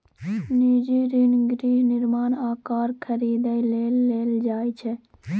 निजी ऋण गृह निर्माण आ कार खरीदै लेल लेल जाइ छै